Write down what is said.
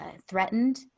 threatened